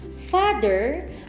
father